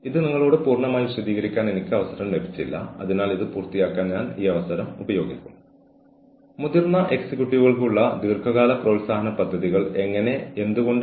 അച്ചടക്കത്തിന്റെ ആവശ്യകത തടയുന്നതിനായി നിങ്ങൾക്ക് നടപ്പിലാക്കാൻ കഴിയുന്ന എച്ച്ആർ തന്ത്രങ്ങളിൽ നിങ്ങൾക്ക് എന്തുചെയ്യാൻ കഴിയും എന്നതിലാണ് ഈ പ്രത്യേക പ്രഭാഷണം ശ്രദ്ധ കേന്ദ്രീകരിക്കാൻ പോകുന്നത്